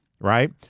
Right